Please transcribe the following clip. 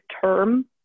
term